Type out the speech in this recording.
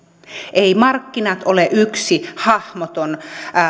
eivät markkinat ole yksi hahmoton